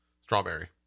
strawberry